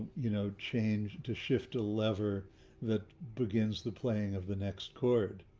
you know, change to shift a lever that begins the playing of the next chord.